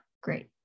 great